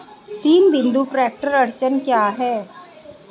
तीन बिंदु ट्रैक्टर अड़चन क्या है?